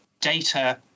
data